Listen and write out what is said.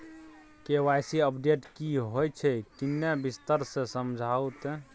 KYC update की होय छै किन्ने विस्तार से समझाऊ ते?